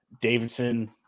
Davidson